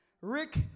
Rick